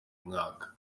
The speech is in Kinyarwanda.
mwaka